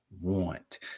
want